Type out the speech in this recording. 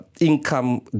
income